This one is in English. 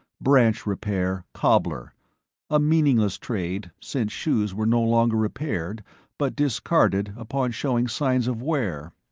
branch repair cobbler a meaningless trade since shoes were no longer repaired but discarded upon showing signs of wear.